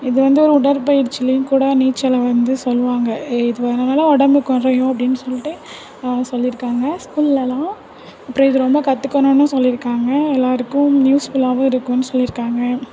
இது வந்து ஒரு உடற்பயிற்சிலேயும் கூட நீச்சலை வந்து சொல்லுவாங்க இது பண்ணுறனால உடம்பு குறையும் அப்டினு சொல்லிட்டு சொல்லிருக்காங்க ஸ்கூல்லலாம் அப்புறம் இது வந்து கத்துக்கணுன்னு சொல்லிருக்காங்க எல்லோருக்கும் யூஸ்ஃபுல்லாகவும் இருக்குனு சொல்லிருக்காங்க